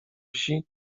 wsi